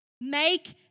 Make